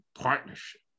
partnership